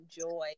joy